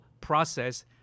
process